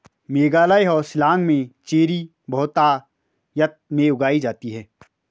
मेघालय और शिलांग में चेरी बहुतायत में उगाई जाती है